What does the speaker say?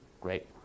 Great